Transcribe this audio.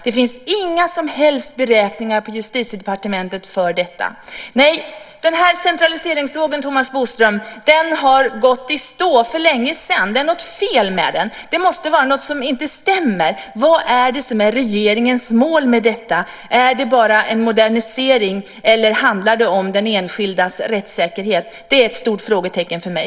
Det finns inga som helst beräkningar på Justitiedepartementet för detta. Nej, den här centraliseringsvågen har gått i stå för länge sedan, Thomas Bodström. Det är något fel med den. Det måste vara något som inte stämmer. Vad är regeringens mål med detta? Är det bara en modernisering eller handlar det om den enskildes rättssäkerhet? Det är ett stort frågetecken för mig.